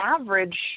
average